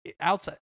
outside